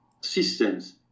systems